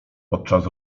podczas